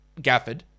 Gafford